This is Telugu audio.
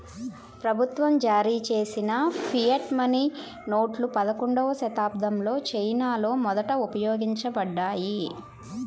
ప్రభుత్వం జారీచేసిన ఫియట్ మనీ నోట్లు పదకొండవ శతాబ్దంలో చైనాలో మొదట ఉపయోగించబడ్డాయి